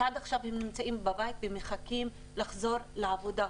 שעד עכשיו הם נמצאים בבית ומחכים לחזור לעבודה.